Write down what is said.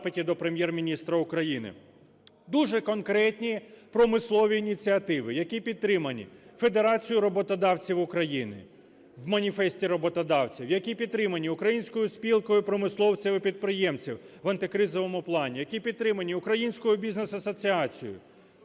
Дуже конкретні промислові ініціативи, які підтримані Федерацією роботодавців України, в маніфесті роботодавця, які підтримані Українською спілкою промисловців і підприємців в антикризовому плані, які підтримані українською бізнес-асоціацією.